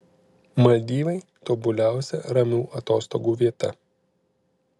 maldyvai tobuliausia ramių atostogų vieta